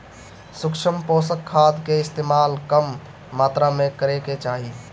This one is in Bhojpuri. सूक्ष्म पोषक खाद कअ इस्तेमाल कम मात्रा में करे के चाही